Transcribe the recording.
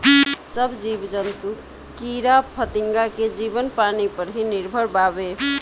सब जीव जंतु कीड़ा फतिंगा के जीवन पानी पर ही निर्भर बावे